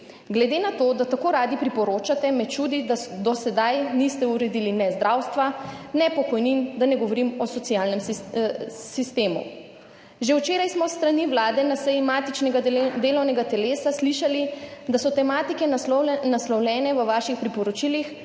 Glede na to, da tako radi priporočate, me čudi, da do sedaj niste uredili ne zdravstva, ne pokojnin, da ne govorim o socialnem sistemu. Že včeraj smo s strani Vlade na seji matičnega delovnega telesa slišali, da so tematike naslovljene v vaših priporočilih